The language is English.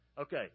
Okay